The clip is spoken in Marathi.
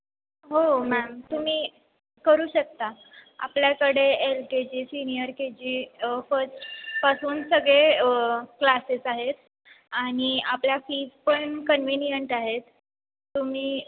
हो मॅम तुम्ही करू शकता आपल्याकडे L K G senior K G फर्स्टपासून सगळे क्लासेस आहेत आणि आपल्या फीज पण कन्विनियंट आहेत तुम्ही